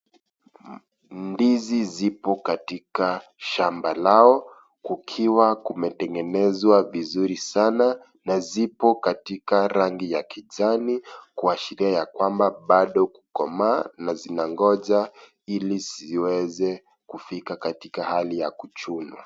Ndizi zipo katika shamba lao, kukiwa kumetengenezwa vizuri sana. Na zipo katika rangi ya kijani, kuashiria ya kwamba bado kukomaa na zinangoja ili ziweze kufika katika hali ya kuchunwa.